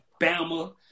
Bama